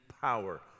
power